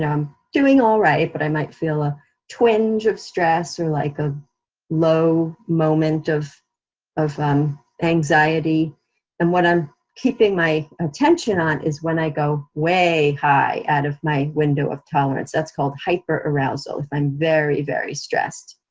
i'm doing all right but i might feel a twinge of stress or like a low moment of of um anxiety and what i'm keeping my attention on is when i go way high out of my window of tolerance, that's called hyperarousal, if i'm very very stressed,